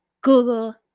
Google